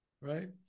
Right